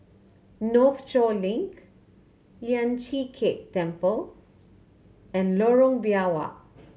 Northshore Link Lian Chee Kek Temple and Lorong Biawak